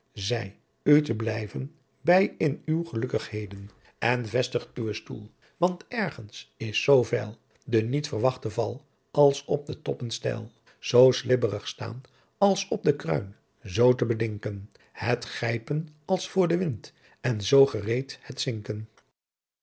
zy u te blyven bij in uw gelukkighede en vestig uwen stoel want nerghens is zoo veil de niet verwachte val als op de toppen steil zoo slibbrig staan als op de kruin zoo te bedinken het gypen als voor wind en zoo gereedt het zinken